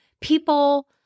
people